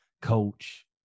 coach